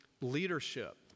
leadership